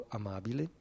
amabile